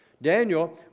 Daniel